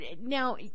now